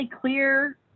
clear